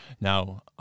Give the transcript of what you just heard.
Now